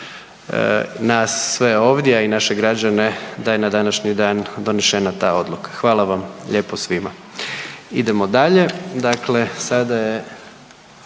nas sve ovdje i naše građane da je na današnji dan donešena ta odluka. Hvala vam lijepo svima. Idemo dalje,